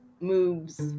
moves